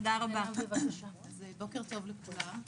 בוקר טוב לכולם.